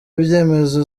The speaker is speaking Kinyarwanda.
ibyemezo